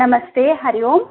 नमस्ते हरिः ओम्